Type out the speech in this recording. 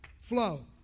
flow